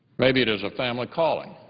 maybe it is a family calling.